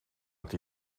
het